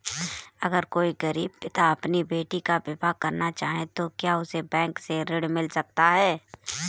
अगर कोई गरीब पिता अपनी बेटी का विवाह करना चाहे तो क्या उसे बैंक से ऋण मिल सकता है?